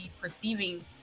perceiving